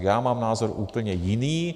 Já mám názor úplně jiný.